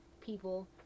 people